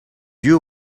you